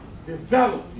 Develop